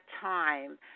time